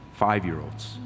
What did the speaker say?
five-year-olds